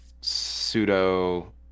pseudo